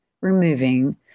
removing